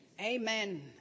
Amen